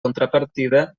contrapartida